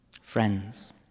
Friends